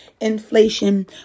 inflation